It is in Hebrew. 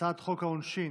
הצעת חוק העונשין.